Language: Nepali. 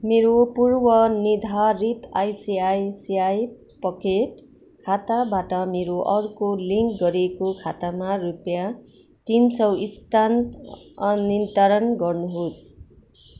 मेरो पूर्वनिर्धारित आइसिआइसिआई पकेट खाताबाट मेरो अर्को लिङ्क गरिएको खातामा रुपियाँ तिन सौ स्थानान्तरण गर्नुहोस्